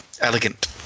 Elegant